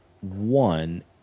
one